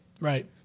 Right